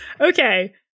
Okay